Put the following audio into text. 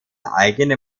eigene